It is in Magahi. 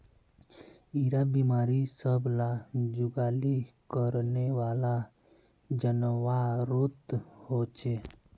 इरा बिमारी सब ला जुगाली करनेवाला जान्वारोत होचे